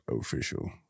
official